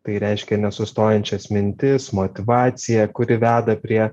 tai reiškia nesustojančias mintis motyvaciją kuri veda prie